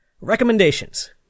Recommendations